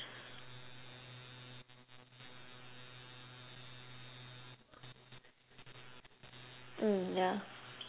mm ya